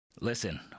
Listen